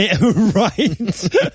Right